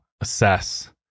assess